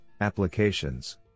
applications